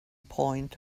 point